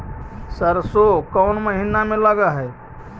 सरसों कोन महिना में लग है?